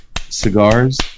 cigars